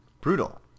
brutal